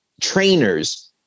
trainers